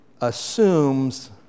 assumes